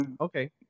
Okay